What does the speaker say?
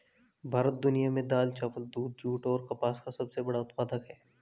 भारत दुनिया में दाल, चावल, दूध, जूट और कपास का सबसे बड़ा उत्पादक है